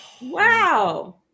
Wow